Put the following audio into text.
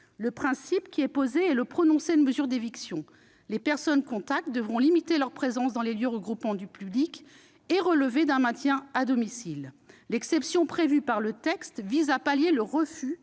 Le principe posé est le prononcé de mesures d'éviction : les personnes contacts devront limiter leur présence dans les lieux regroupant du public et relèveront d'un maintien à domicile. L'exception prévue vise à pallier le refus